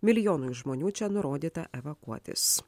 milijonui žmonių čia nurodyta evakuotis